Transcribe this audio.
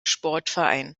sportverein